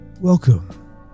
welcome